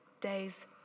days